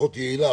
פחות יעילה,